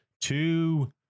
two